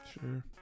sure